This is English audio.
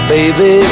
Baby